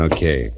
Okay